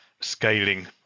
scaling